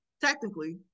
technically